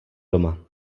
doma